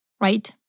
right